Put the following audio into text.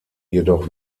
jedoch